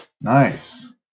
Nice